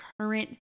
current